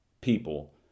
people